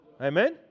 Amen